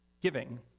giving